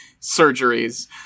surgeries